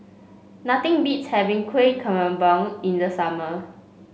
nothing beats having Kuih Kemboja in the summer